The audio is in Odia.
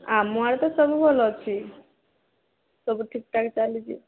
ଆମଆଡ଼େ ତ ସବୁ ଭଲ ଅଛି ସବୁ ଠିକଠାକ୍ ଚାଲିଛି